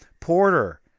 Porter